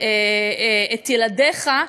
את ילדיך,